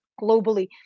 globally